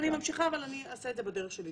אני ממשיכה, אבל אני אעשה את זה בדרך שלי.